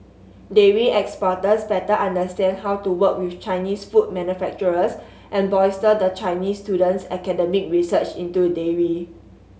dairy exporters better understand how to work with Chinese food manufacturers and bolster the Chinese student's academic research into dairy